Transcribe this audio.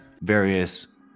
various